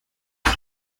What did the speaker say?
uwo